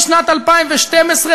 משנת 2012,